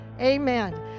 Amen